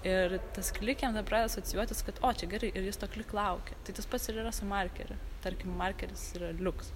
ir tas klik jam tada pradeda asocijuotis kad o čia gerai ir jis to klik laukia tai tas pats ir yra su markeriu tarkim markeris yra liuks